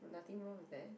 nothing wrong with that